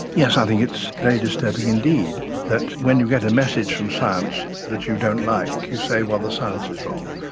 yes, i think it's very disturbing indeed that when you get a message from science that you don't like you say, well, the science is wrong.